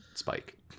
Spike